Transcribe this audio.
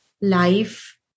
life